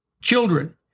children